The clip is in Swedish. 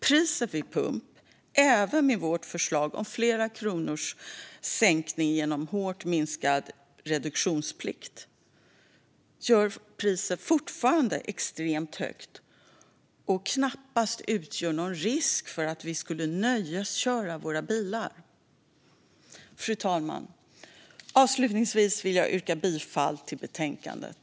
Priset vid pump skulle även med vårt förslag om flera kronors sänkning genom hårt minskad reduktionsplikt fortfarande vara extremt högt och knappast utgöra någon risk för att vi nöjeskör våra bilar. Avslutningsvis vill jag yrka bifall till förslaget i betänkandet.